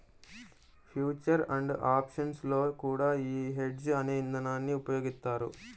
future and options లో కూడా యీ హెడ్జ్ అనే ఇదానాన్ని ఉపయోగిత్తారు